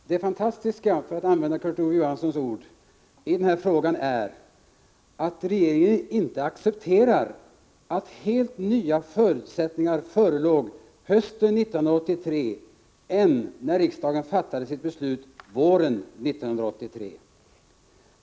Herr talman! Det fantastiska, för att använda Kurt Ove Johanssons ord, i den här frågan är att regeringen inte accepterar att helt andra förutsättningar förelåg hösten 1983 än när riksdagen fattade sitt beslut våren 1983.